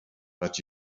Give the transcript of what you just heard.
but